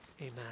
Amen